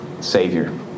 Savior